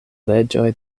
leĝoj